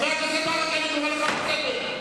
חבר הכנסת ברכה, אני קורא אותך לסדר.